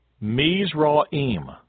Mizraim